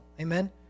Amen